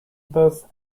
both